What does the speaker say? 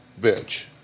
bitch